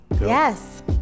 Yes